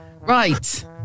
Right